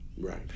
Right